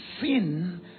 sin